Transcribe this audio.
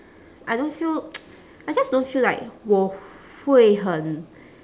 I don't feel I just don't feel like 我会很